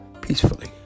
peacefully